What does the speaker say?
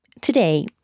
Today